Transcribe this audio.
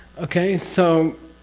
okay? so,